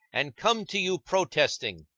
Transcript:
and come to you protesting.